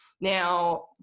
Now